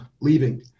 leaving